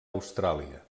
austràlia